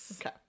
Okay